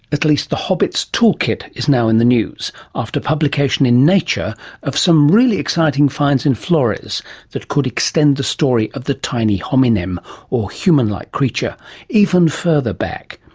at least the hobbit's toolkit is now in the news after publication in nature of some really exciting finds in flores that could extend the story of the tiny hominem or human-like creature even further back.